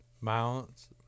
Mounts